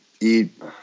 eat